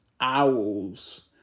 Owls